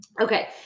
Okay